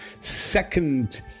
second